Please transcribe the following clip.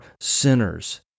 sinners